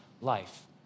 life